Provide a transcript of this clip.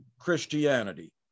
Christianity